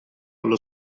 allo